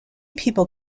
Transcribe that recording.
people